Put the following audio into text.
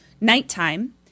Nighttime